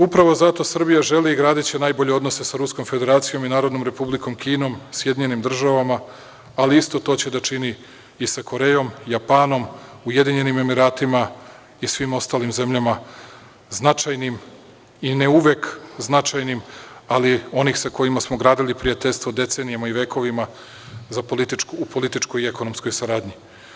Upravo zato Srbija želi i gradiće najbolje odnose sa Ruskom Federacijom i Narodnom Republikom Kinom, SAD, ali isto to će da čini i sa Korejom, Japanom, UAE i svim ostalim zemljama značajnim i ne uvek značajnim, ali onih sa kojima smo gradili prijateljstvo vekovima i decenijama u političkoj i ekonomskoj saradnji.